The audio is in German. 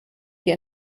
die